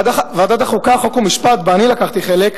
ועדת החוקה, חוק ומשפט, שבישיבתה אני לקחתי חלק,